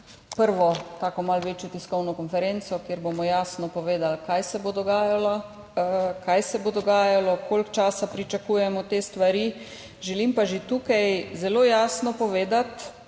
prvo tako malo večjo tiskovno konferenco, kjer bomo jasno povedali, kaj se bo dogajalo, koliko časa pričakujemo te stvari. Želim pa že tukaj zelo jasno povedati,